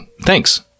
Thanks